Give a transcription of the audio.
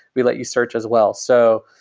we let you search as well. so,